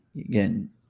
again